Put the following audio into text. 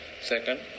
Second